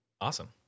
Awesome